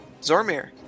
Zormir